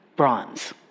bronze